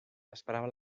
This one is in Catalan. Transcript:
esperava